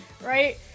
right